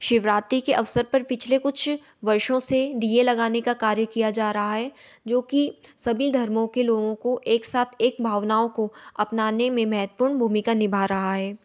शिवरात्रि के अवसर पर पिछले कुछ वर्षों से दीये लगाने का कार्य किया ज़ा रहा है जो कि सभी धर्मों के लोगों को एक साथ एक भावनाओं को अपनाने में महत्वपूर्ण भूमिका निभा रहा है